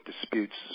disputes